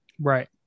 Right